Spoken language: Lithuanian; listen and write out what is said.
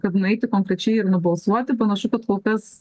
kad nueiti konkrečiai ir nubalsuoti panašu kad kol kas